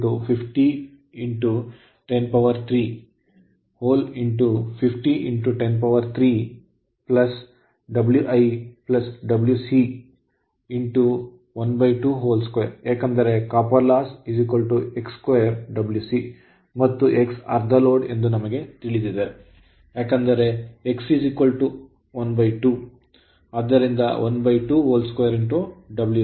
99 50 103 50 103 Wi Wc 122 ಏಕೆಂದರೆ copper loss x2Wc ಮತ್ತು x ಅರ್ಧ ಲೋಡ್ ಎಂದು ನಮಗೆ ತಿಳಿದಿದೆ ಏಕೆಂದರೆ x ಅರ್ಧ ಇದು 122 Wc